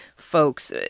Folks